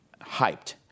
hyped